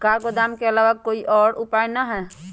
का गोदाम के आलावा कोई और उपाय न ह?